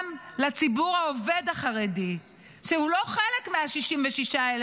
רובם לציבור העובד החרדי שהוא לא חלק מ-66,000